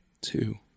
two